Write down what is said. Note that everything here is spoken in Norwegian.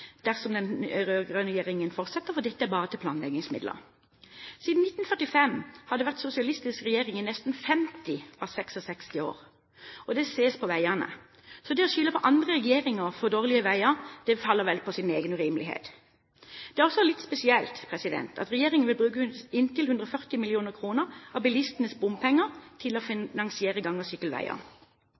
dersom den rød-grønne regjeringen fortsetter, for dette er bare til planleggingsmidler. Siden 1945 har det vært sosialistisk regjering i nesten 50 av 66 år, og det ses på veiene. Så det å skylde på andre regjeringer for dårlige veier faller på sin egen urimelighet. Det er også litt spesielt at regjeringen vil bruke inntil 140 mill. kr av bilistenes bompenger til å finansiere gang- og sykkelveier. Det har vært en diskusjon angående antall bomstasjoner og plassering av